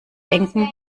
denken